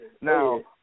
Now